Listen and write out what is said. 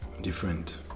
different